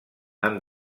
han